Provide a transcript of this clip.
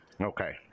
Okay